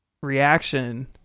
reaction